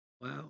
Wow